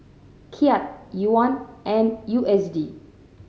Kyat Yuan and U S D